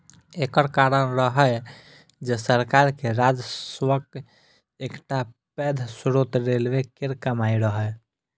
एकर कारण रहै जे सरकार के राजस्वक एकटा पैघ स्रोत रेलवे केर कमाइ रहै